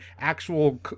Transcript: actual